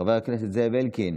חבר הכנסת יוסף עטאונה,